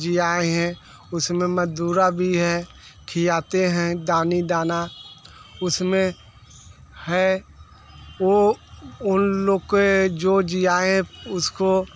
जियाए हैं उसमें मदुरा भी है खिलाते हैं दानी दाना उसमें है वह उन लोग के जो जियाए हैं उसको